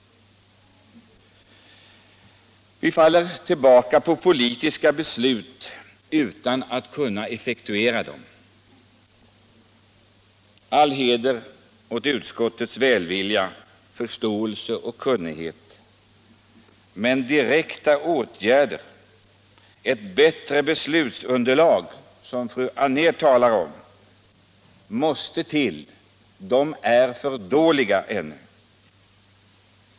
Vi faller tillbaka på politiska beslut utan att kunna effektuera dem. All heder åt utskottets välvilja, förståelse och kunnighet, men direkta åtgärder och ett bättre beslutsunderlag, som fru Anér talade om, måste till. De är för dåliga ännu.